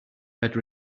had